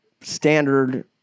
standard